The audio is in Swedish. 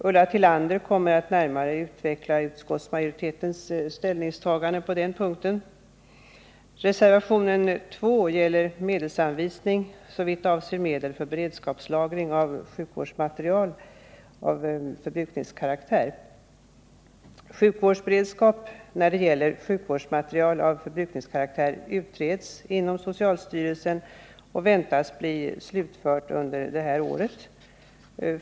Ulla Tillander kommer att närmare utveckla utskottsmajoritetens ställningstagande på den punkten. Sjukvårdsberedskap när det gäller sjukvårdsmateriel av förbrukningskaraktär utreds inom socialstyrelsen. Utredningen väntas bli slutförd under detta år.